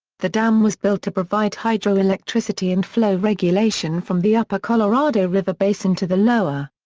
the dam was built to provide hydroelectricity and flow regulation from the upper colorado river basin to the lower.